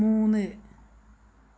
മൂന്ന്